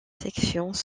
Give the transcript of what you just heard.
sections